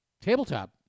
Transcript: Tabletop